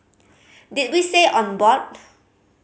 did we say on board